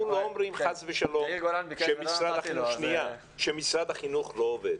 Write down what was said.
אנחנו לא אומרים חס ושלום שמשרד החינוך לא עובד,